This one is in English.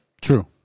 True